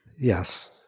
Yes